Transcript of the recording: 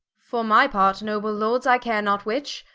for my part, noble lords, i care not which,